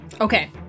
Okay